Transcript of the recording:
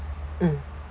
mm